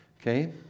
Okay